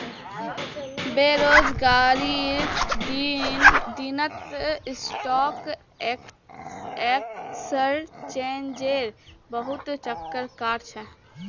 बेरोजगारीर दिनत स्टॉक एक्सचेंजेर बहुत चक्कर काट छ